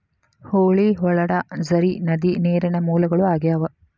ಹೊಳಿ, ಹೊಳಡಾ, ಝರಿ, ನದಿ ನೇರಿನ ಮೂಲಗಳು ಆಗ್ಯಾವ